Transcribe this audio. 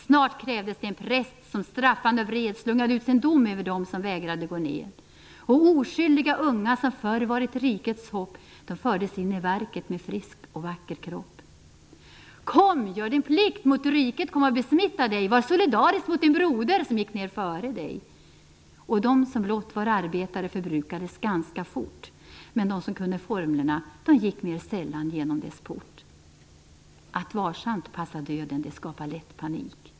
Snart krävdes det en präst som straffande och vred, slungade ut sin dom över den som vägrade gå ned och oskyldiga unga som förr varit rikets hopp, de fördes in i verket med frisk och vacker kropp. "Kom gör din plikt mot riket, kom och besmitta dig, var solidarisk mot din broder som gick ner före dig!" Och de som blott var arbetare förbrukades ganska fort, men de som kunde formlerna de gick mer sällan genom dess port. Att varsamt passa döden det skapar lätt panik.